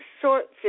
short